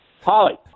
Holly